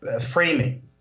framing